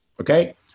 okay